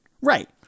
Right